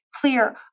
clear